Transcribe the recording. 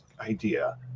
idea